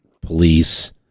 police